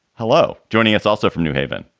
hello. joining us also from new haven.